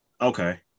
Okay